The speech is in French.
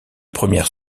premières